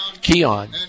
Keon